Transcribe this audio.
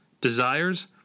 desires